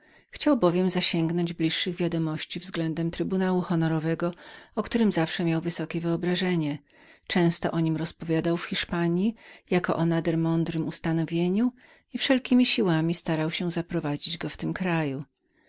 chciał bowiem zasięgnąć bliższych wiadomości względem trybunału honorowego o którym dotąd miał wysokie wyobrażenie często rozpowiadał w hiszpanii jako o nader mądrej ustawie i wszelkiemi siłami starał się zaprowadzić ją w tym kraju